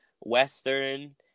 Western